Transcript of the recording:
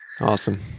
Awesome